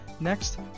Next